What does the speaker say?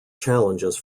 challenges